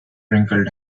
wrinkled